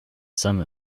some